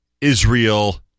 Israel